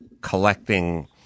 collecting